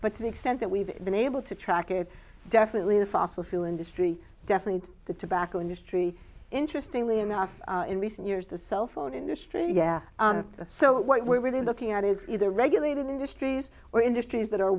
but to the extent that we've been able to track it definitely the fossil fuel industry definitely the tobacco industry interestingly enough in recent years the cell phone industry yeah so what we're really looking at is either regulated industries or industries that are